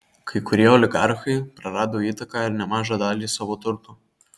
kai kurie oligarchai prarado įtaką ir nemažą dalį savo turto